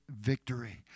victory